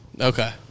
Okay